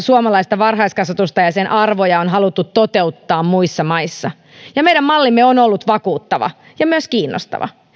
suomalaista varhaiskasvatusta ja sen arvoja on haluttu toteuttaa muissa maissa meidän mallimme on ollut vakuuttava ja myös kiinnostava